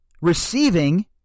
receiving